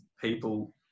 people